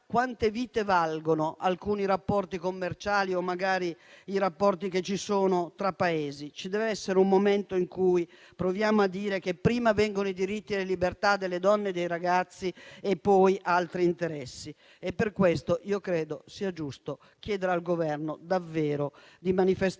quante vite valgono alcuni rapporti commerciali o magari i rapporti che ci sono tra Paesi. Ci dev'essere un momento in cui proviamo a dire che prima vengono i diritti e le libertà delle donne e dei ragazzi e poi gli altri interessi. Per questo credo sia giusto chiedere al Governo di manifestare